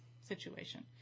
situation